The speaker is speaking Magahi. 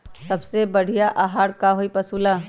सबसे बढ़िया आहार का होई पशु ला?